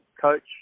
coach